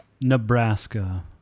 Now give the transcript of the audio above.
Nebraska